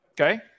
okay